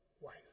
wife